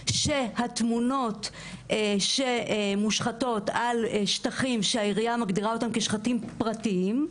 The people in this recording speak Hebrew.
שהתמונות שמושחתות על שטחים שהעירייה מגדירה אותם כשטחים פרטיים,